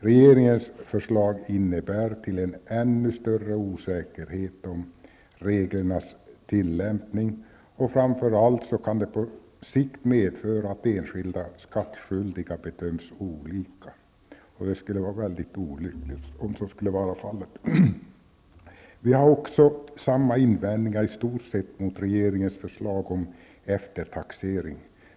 Regeringens förslag bidrar till en ännu större osäkerhet om reglernas tillämpning, och framför allt kan de på sikt medföra att enskilda skattskyldiga bedöms olika, vilket skulle vara mycket olyckligt. Vi har också i stort sett samma invändningar mot regeringens förslag om eftertaxering.